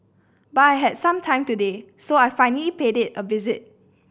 but I had some time today so I finally paid it a visit